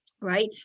right